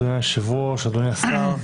אדוני היושב-ראש, אדוני השר,